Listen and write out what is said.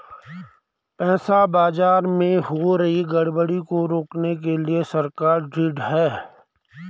पैसा बाजार में हो रही गड़बड़ी को रोकने के लिए सरकार ढृढ़ है